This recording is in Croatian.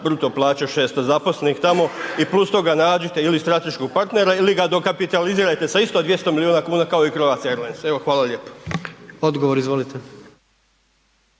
bruto plaće 600 zaposlenih tamo i plus toga nađite ili strateškog partnera ili ga dokapitalizirajte sa isto 200 miliona kuna kao i Croatia Airlines. Evo, hvala lijepo. **Jandroković,